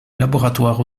laboratoire